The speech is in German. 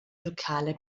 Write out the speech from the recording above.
lokale